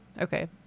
Okay